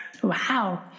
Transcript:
Wow